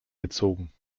gezogen